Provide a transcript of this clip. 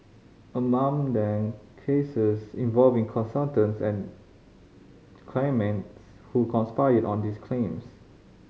among them cases involving consultants and claimants who conspired on these claims